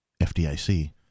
FDIC